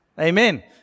Amen